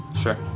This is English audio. sure